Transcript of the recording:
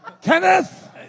Kenneth